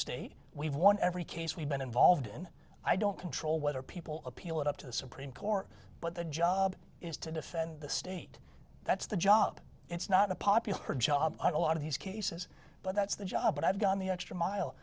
state we've won every case we've been involved in i don't control whether people appeal it up to the supreme court but the job is to defend the state that's the job it's not a popular job a lot of these cases but that's the job but i've gone the extra mile